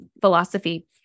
philosophy